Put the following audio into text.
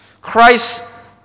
Christ